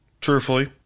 Truthfully